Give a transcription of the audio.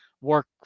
work